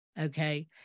Okay